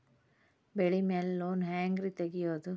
ಬೆಳಿ ಮ್ಯಾಲೆ ಲೋನ್ ಹ್ಯಾಂಗ್ ರಿ ತೆಗಿಯೋದ?